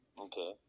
Okay